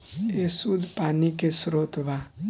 ए शुद्ध पानी के स्रोत बा